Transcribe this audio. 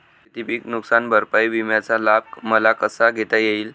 शेतीपीक नुकसान भरपाई विम्याचा लाभ मला कसा घेता येईल?